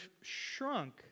shrunk